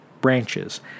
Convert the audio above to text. branches